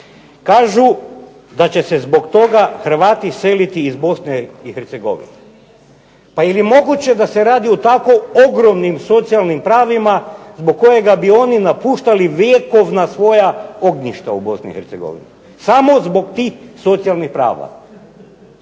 Kažu da će se zbog toga Hrvati seliti iz Bosni i Hercegovine. Pa jeli moguće da se radi o tako ogromnim socijalnim pravima zbog kojih bi oni napuštali svoja vjekovna ognjišta u Bosni i Hercegovini, samo zbog tih socijalnih prava.